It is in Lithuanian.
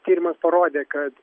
tyrimas parodė kad